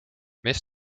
mees